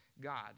God